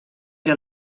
era